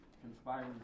conspiring